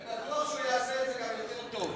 ובטוח שהוא יעשה את זה יותר טוב.